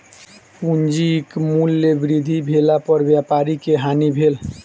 पूंजीक मूल्य वृद्धि भेला पर व्यापारी के हानि भेल